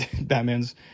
Batman's